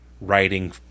writing